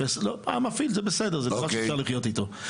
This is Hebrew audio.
לא, המפעיל זה בסדר, זה דבר שאפשר לחיות איתו.